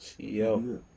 Yo